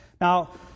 Now